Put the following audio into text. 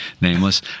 nameless